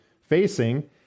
facing